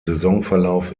saisonverlauf